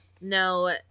No